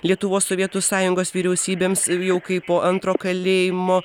lietuvos sovietų sąjungos vyriausybėms jau kaip po antro kalėjimo